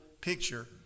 picture